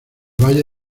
valle